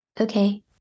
Okay